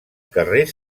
carrers